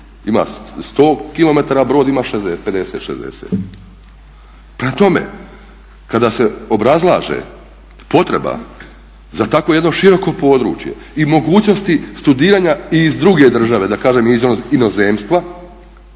ima 100 km, Brod ima 50, 60. Prema tome, kada se obrazlaže potreba za tako jedno široko područje i mogućnosti studiranja i iz druge države, da kažem iz inozemstva